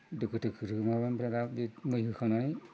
दोखो दोखो होनानै ओमफ्राय दा मै होखांनानै